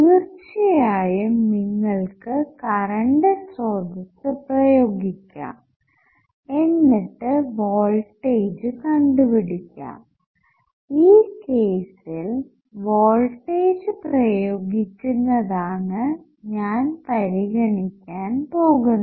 തീർച്ചയായും നിങ്ങൾക്ക് കറണ്ട് സ്രോതസ്സു പ്രയോഗിക്കാം എന്നിട്ട് വോൾടേജ് കണ്ടുപിടിക്കാം ഈ കേസ്സിൽ വോൾടേജ് പ്രയോഗിക്കുന്നതാണ് ഞാൻ പരിഗണിക്കാൻ പോകുന്നത്